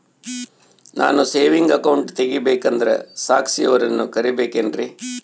ನಾನು saving account ತೆಗಿಬೇಕಂದರ ಸಾಕ್ಷಿಯವರನ್ನು ಕರಿಬೇಕಿನ್ರಿ?